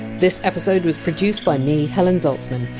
this episode was produced by me, helen zaltzman,